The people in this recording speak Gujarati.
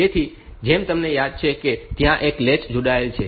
તેથી જેમ તમને યાદ છે કે ત્યાં એક લેચ જોડાયેલ છે